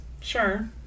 Sure